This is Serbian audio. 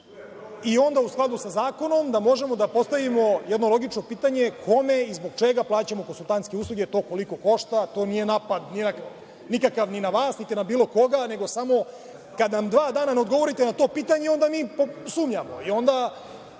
i onda u skladu sa zakonom da možemo da postavimo jedno logično pitanje – kome i zbog čega plaćamo konsultantske usluge, to koliko košta? To nije napad nikakav ni na vas, ni na bilo koga, nego samo kad nam dva dana ne odgovorite na to pitanje, onda mi sumnjamo